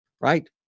Right